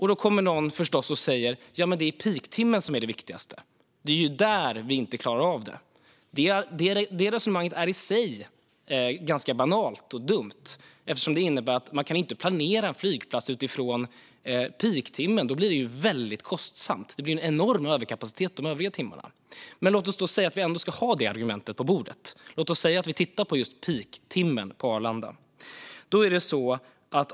Då kommer någon förstås och säger: Ja, men det är peaktimmen som är det viktigaste - det är där vi inte klarar av det. Det resonemanget är i sig ganska banalt och dumt eftersom man inte kan planera en flygplats utifrån peaktimmen. Då blir det väldigt kostsamt och en enorm överkapacitet de övriga timmarna. Men låt oss ändå ha det argumentet på bordet och titta på Arlandas peaktimme.